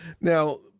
Now